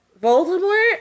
Voldemort